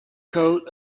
coat